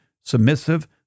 submissive